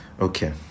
okay